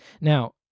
Now